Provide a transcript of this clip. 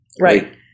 Right